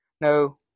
no